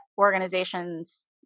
organizations